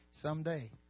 someday